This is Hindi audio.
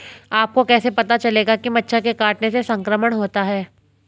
आपको कैसे पता चलेगा कि मच्छर के काटने से संक्रमण होता है?